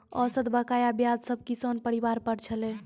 औसत बकाया ब्याज सब किसान परिवार पर छलै